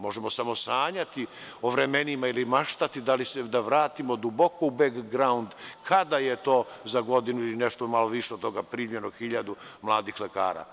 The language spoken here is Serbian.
Možemo samo sanjati o vremenima ili maštati da vratimo duboko u „bek graund“, kada je za godinu ili nešto malo više od toga primljeno hiljadu mladih lekara.